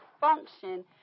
function